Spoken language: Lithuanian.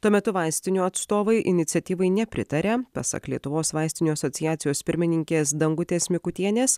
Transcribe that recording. tuo metu vaistinių atstovai iniciatyvai nepritaria pasak lietuvos vaistinių asociacijos pirmininkės dangutės mikutienės